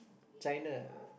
China